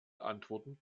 antworten